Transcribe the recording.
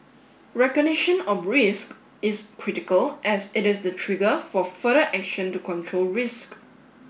recognition of risk is critical as it is the trigger for further action to control risk